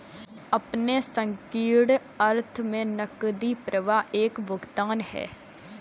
अपने संकीर्ण अर्थ में नकदी प्रवाह एक भुगतान है